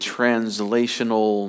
Translational